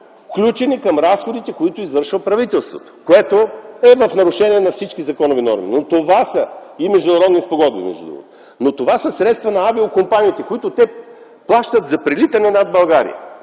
включени към разходите, които извършва правителството, което е в нарушение на всички законови норми и международни спогодби, между другото. Но това са средства на авиокомпаниите, които те плащат за прелитане над България.